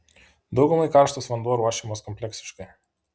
daugumai karštas vanduo ruošiamas kompleksiškai